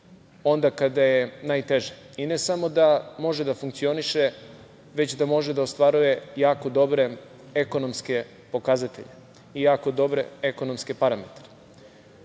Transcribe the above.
onda kada je najteže. Ne samo da može da funkcioniše, već da može da ostvaruje jako dobre ekonomske pokazatelje i jako dobre ekonomske parametre. Neko